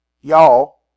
y'all